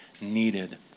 needed